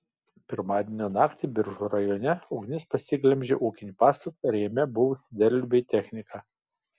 pirmadienio naktį biržų rajone ugnis pasiglemžė ūkinį pastatą ir jame buvusį derlių bei techniką